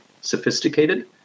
sophisticated